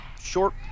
short